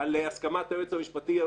על הסכמת היועץ המשפטי.